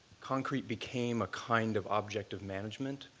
concrete became a kind of object of management,